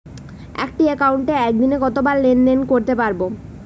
একটি একাউন্টে একদিনে কতবার লেনদেন করতে পারব?